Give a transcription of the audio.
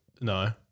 No